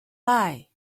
lie